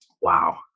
Wow